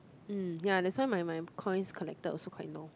!mm! ya that's why my my coins collector also quite low